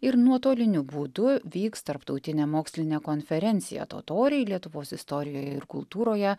ir nuotoliniu būdu vyks tarptautinė mokslinė konferencija totoriai lietuvos istorijoje ir kultūroje